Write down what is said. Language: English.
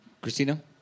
Christina